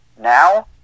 Now